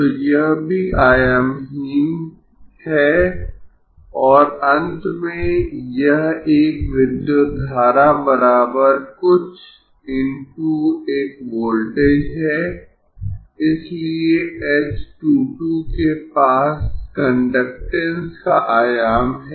तो यह भी आयामहीन है और अंत में यह एक विद्युत धारा बराबर कुछ × एक वोल्टेज है इसलिए h 2 2 के पास कंडक्टेन्स का आयाम है